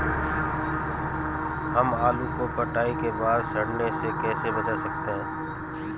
हम आलू को कटाई के बाद सड़ने से कैसे बचा सकते हैं?